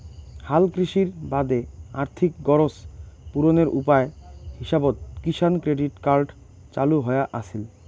হালকৃষির বাদে আর্থিক গরোজ পূরণের উপায় হিসাবত কিষাণ ক্রেডিট কার্ড চালু হয়া আছিল